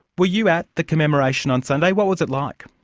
were you at the commemoration on sunday? what was it like?